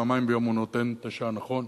פעמיים ביום הוא מראה את השעה הנכונה,